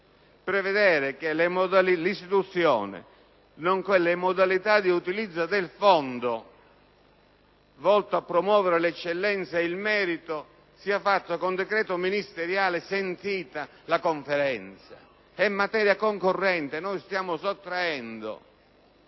nonché le modalità dell'utilizzo del Fondo volto a promuovere l'eccellenza e il merito siano effettuate con decreto ministeriale sentita la Conferenza: è materia concorrente. Noi stiamo sottraendo,